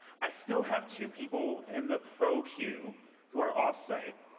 i still have two people in the pro cue who are off-site,